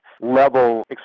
level